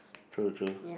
true true